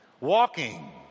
Walking